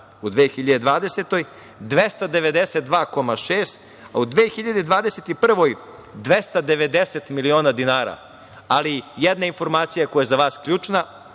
godini 292,6, a u 2021. godini 290 miliona dinara, ali jedna informacija koja je za vas ključna,